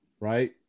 right